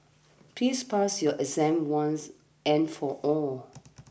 please pass your exam once and for all